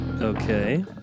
Okay